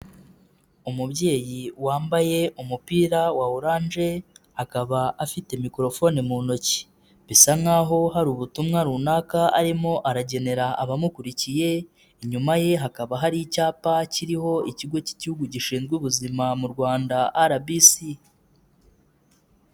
Umubyeyi wambaye umupira wa orange, akaba afite mikorofone mu ntoki, bisa nk'aho hari ubutumwa runaka arimo aragenera abamukurikiye, inyuma ye hakaba hari icyapa kiriho ikigo cy'Igihugu gishinzwe ubuzima mu Rwanda RBC.